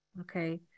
Okay